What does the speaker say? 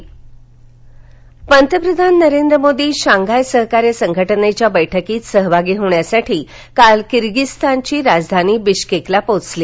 पंतप्रधान पंतप्रधान नरेंद्र मोदी शांघाय सहकार्य संघटनेच्या बैठकीत सहभागी होण्यासाठीकाल किगिझस्तानची राजधानी बिश्केकला पोचले